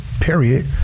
period